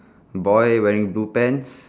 boy wearing blue pants